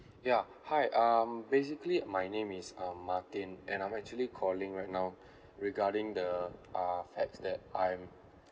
yeah hi um basically my name is um martin and I'm actually calling right now regarding the uh fact that I'm